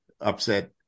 upset